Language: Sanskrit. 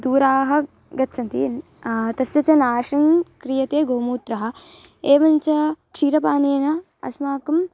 दूरं गच्छन्ति तस्य च नाशं क्रियते गोमूत्रम् एवञ्च क्षीरपानेन अस्माकं